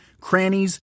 crannies